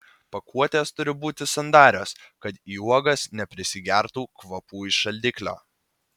pakuotės turi būti sandarios kad į uogas neprisigertų kvapų iš šaldiklio